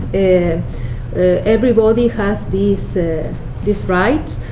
and ah everybody has this ah this right.